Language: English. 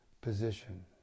position